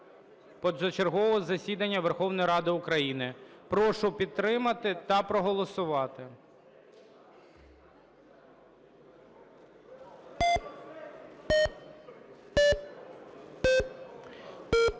позачергового засідання Верховної Ради України. Прошу підтримати та проголосувати.